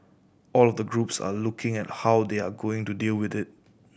all of the groups are looking at how they are going to deal with it